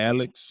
Alex